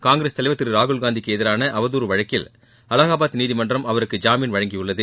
காங்கிரஸ் தலைவர் திரு ராகுல்னந்திக்கு எதிரான அவதூறு வழக்கில் அலகாபாத் நீதிமன்றம் அவருக்கு ஜாமீன் வழங்கியுள்ளது